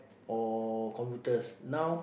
or computers now